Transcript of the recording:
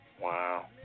Wow